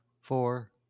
four